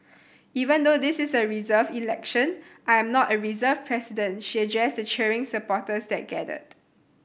even though this is a reserved election I am not a reserved president she addressed the cheering supporters that gathered